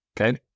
Okay